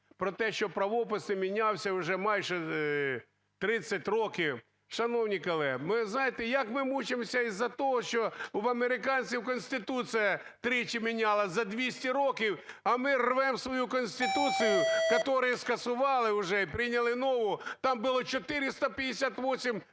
про те, що правопис не мінявся вже майже 30 років. Шановні колеги, як ми мучимося із-за того, що в американців Конституція тричі мінялася за 200 років, а ми рвемо свою Конституцію, которую скасували уже і прийняли нову, там было 458